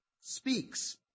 speaks